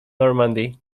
normandy